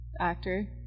Actor